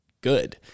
good